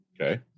Okay